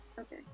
Okay